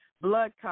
blood